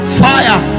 fire